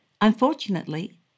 Unfortunately